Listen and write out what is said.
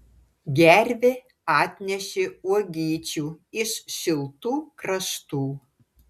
gervė atnešė uogyčių iš šiltų kraštų